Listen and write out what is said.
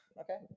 Okay